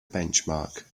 benchmark